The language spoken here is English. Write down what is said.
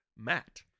matt